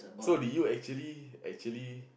so do you actually actually